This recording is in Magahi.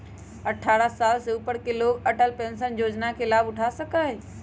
अट्ठारह साल से ऊपर के लोग अटल पेंशन योजना के लाभ उठा सका हई